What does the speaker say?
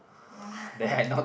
ya